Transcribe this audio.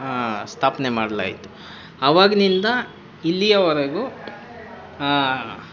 ಸ್ಥಾಪನೆ ಮಾಡಲಾಯ್ತು ಅವಾಗಿನಿಂದ ಇಲ್ಲಿಯವರೆಗು